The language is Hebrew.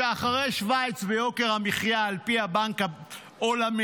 שהיא אחרי שווייץ ביוקר המחיה על פי הבנק העולמי,